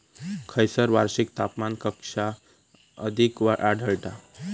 खैयसर वार्षिक तापमान कक्षा अधिक आढळता?